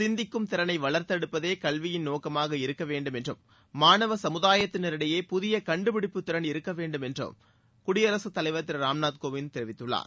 சிந்திக்கும் திறனை வளர்த்தெடுப்பதே கல்வியின் நோக்கமாக இருக்க வேண்டும் என்றும் மாணவ சமூதாயத்தினரிடையே புதிய கண்டுபிடிப்புத் திறன் இருக்க வேண்டும் என்று குடியரசுத் தலைவர் திரு ராம்நாத் கோவிந்த் தெரிவித்துள்ளார்